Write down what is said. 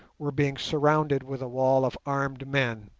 were being surrounded with a wall of armed men.